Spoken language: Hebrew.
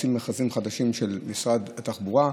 יוצאים מכרזים חדשים של משרד התחבורה,